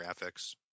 graphics